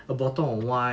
a bottle of wine